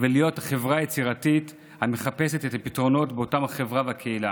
ולהיות חברה יצירתית המחפשת את הפתרונות בתוך החברה והקהילה,